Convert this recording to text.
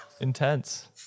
intense